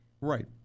Right